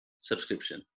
subscription